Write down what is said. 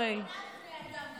הרי זה לא בני אדם.